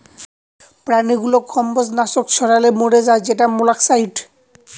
প্রাণীগুলো কম্বজ নাশক ছড়ালে মরে যায় সেটা মোলাস্কাসাইড